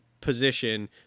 position